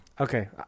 Okay